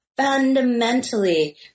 Fundamentally